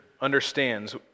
understands